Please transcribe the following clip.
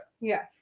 Yes